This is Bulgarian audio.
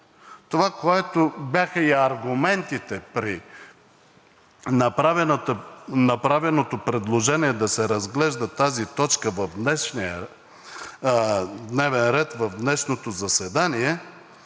това, което бяха и аргументите при направеното предложение да се разглежда тази точка в днешния дневен ред, в днешното заседание,